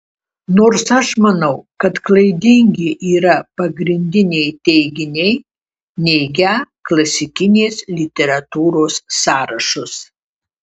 nors aš manau kad klaidingi yra pagrindiniai teiginiai neigią klasikinės literatūros sąrašus